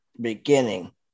Beginning